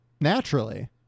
Naturally